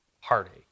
heartache